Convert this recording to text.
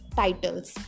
titles